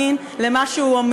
הוא יצא ממש לפני חצי דקה.